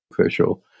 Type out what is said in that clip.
official